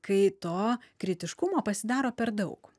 kai to kritiškumo pasidaro per daug